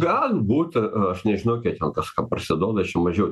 gali būti aš nežinau kiek jien kažką parsiduoda aš jau mažiau